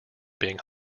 being